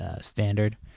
standard